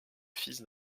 fils